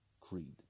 Creed